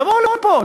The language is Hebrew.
תבואו לפה,